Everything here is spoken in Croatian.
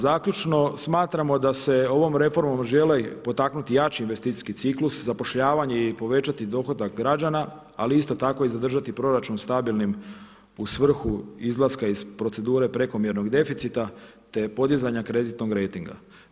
Zaključno smatramo da se ovom reformom želi potaknuti jači investicijski ciklus, zapošljavanje i povećati dohodak građana ali isto tako i zadržati proračun stabilnim u svrhu izlaska iz procedure prekomjernog deficita, te podizanja kreditnoj rejtinga.